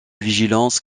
vigilance